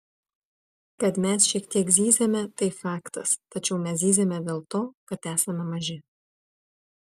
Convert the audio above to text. kad mes šiek tiek zyziame tai faktas tačiau mes zyziame dėl to kad esame maži